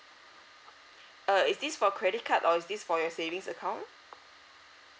uh is this for credit card or is this for your savings account